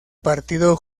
partido